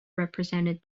represented